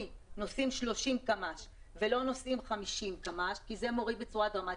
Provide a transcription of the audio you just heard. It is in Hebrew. נוסעים 30 קמ"ש ולא נוסעים 50 קמ"ש כי זה מוריד בצורה דרמטית,